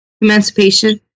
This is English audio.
Emancipation